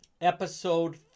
episode